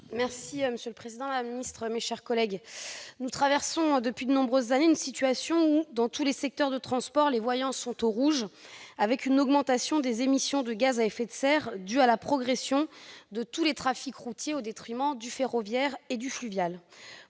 Monsieur le président, madame la ministre, mes chers collègues, nous connaissons depuis de nombreuses années une situation dans laquelle les voyants de tous les secteurs des transports sont au rouge, avec une augmentation des émissions de gaz à effet de serre due à la progression de tous les trafics routiers au détriment du ferroviaire et du fluvial.